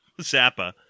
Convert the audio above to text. Zappa